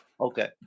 Okay